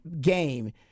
game